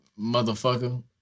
Motherfucker